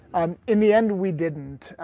um in the end we didn't.